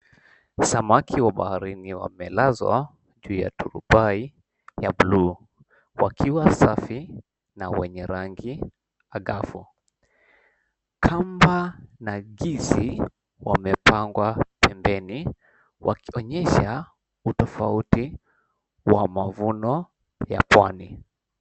Samaki wa baharini wamelazwa juu ya turubai wa buluu wakiwa safi na wenye rangi angavu. Kamba na ngisi wamepangwa pembeni wakionyesha utofauti wa mavuno ya pwani.